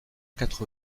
quatre